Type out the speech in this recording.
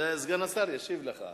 זה סגן השר ישיב לך.